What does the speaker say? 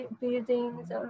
Buildings